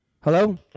hello